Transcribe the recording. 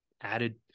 added